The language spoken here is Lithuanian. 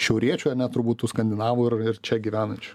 šiauriečių ane turbūt tų skandinavų ir ir čia gyvenančių